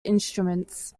instruments